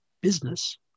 business